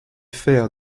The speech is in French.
fer